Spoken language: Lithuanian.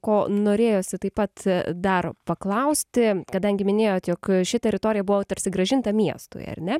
ko norėjosi taip pat dar paklausti kadangi minėjot jog ši teritorija buvo tarsi grąžinta miestui ar ne